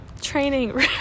training